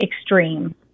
extreme